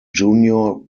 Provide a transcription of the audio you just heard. junior